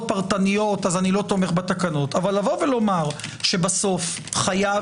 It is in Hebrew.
פרטניות אני לא תומך בתקנות אבל לומר שבסוף חייב